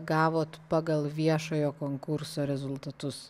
gavot pagal viešojo konkurso rezultatus